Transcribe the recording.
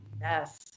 Yes